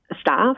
staff